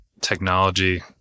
technology